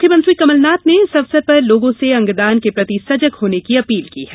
मुख्यमंत्री कमलनाथ ने इस अवसर पर लोगों से अंगदान के प्रति सजग होने की अपील की है